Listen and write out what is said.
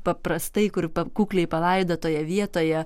paprastai kur kukliai palaidotoje vietoje